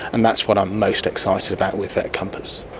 and that's what i'm most excited about with vetcompass.